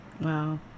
Wow